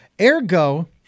Ergo